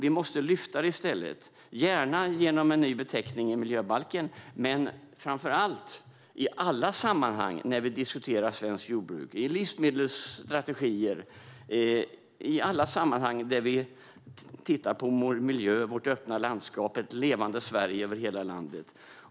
Vi måste i stället lyfta fram det, gärna genom en ny beteckning i miljöbalken men framför allt i alla sammanhang när vi diskuterar svenskt jordbruk - i livsmedelsstrategier och då vi tittar på vår miljö, vårt öppna landskap och ett levande Sverige över hela landet.